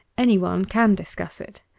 anyone can discuss it.